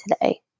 today